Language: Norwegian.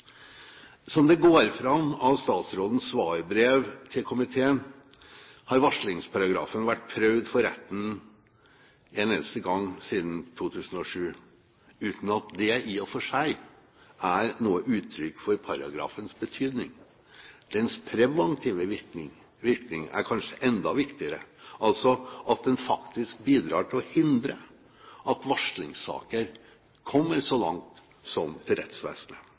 Som det går fram av statsrådens svarbrev til komiteen, har varslingsparagrafen vært prøvd for retten én eneste gang siden 2007, uten at det i og for seg er noe uttrykk for paragrafens betydning. Dens preventive virkning er kanskje enda viktigere, altså at den faktisk bidrar til å hindre at varslingssaker kommer så langt som til rettsvesenet.